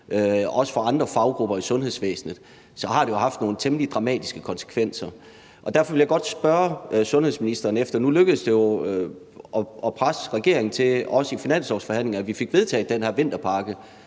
og andre faggrupper i sundhedsvæsenet, så har det jo haft nogle temmelig dramatisk konsekvenser. Derfor vil jeg godt spørge sundhedsministeren om en ting. Nu lykkedes det jo at presse regeringen i finanslovsforhandlingerne til, at vi fik vedtaget den her vinterpakke,